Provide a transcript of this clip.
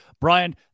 Brian